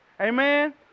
Amen